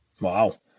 Wow